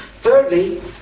Thirdly